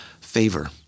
favor